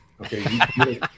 Okay